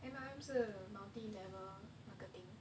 M_L_M 是 multi level marketing